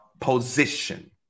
position